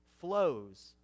flows